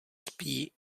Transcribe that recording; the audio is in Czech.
spí